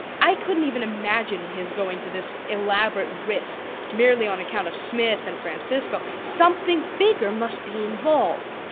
i couldn't even imagine his going to this elaborate risk merely on account of smith and francisco. something bigger must be involved.